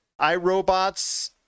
iRobots